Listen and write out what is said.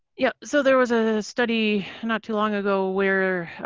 yeah so there was a study not too long ago where